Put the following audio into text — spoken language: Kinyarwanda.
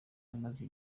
amaze